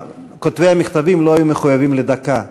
כותבי המכתבים לא היו מחויבים לדקה.